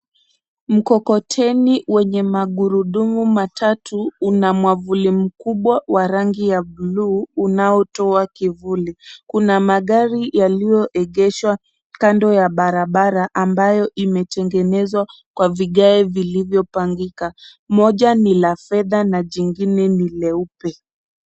Mkokoteni wenye magurudumu matatu, una mwavuli mkubwa wa rangi ya blue , unaotoa kivuli. Kuna magari yaliyoegeshwa kando ya barabara, ambayo imetengenezwa kwa vigae vilivyopangika. Moja ni la fedha na jingine ni leupe.